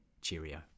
Cheerio